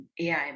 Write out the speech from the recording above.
AI